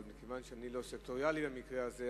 אבל מכיוון שאני לא סקטוריאלי במקרה הזה,